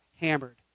hammered